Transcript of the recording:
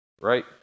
right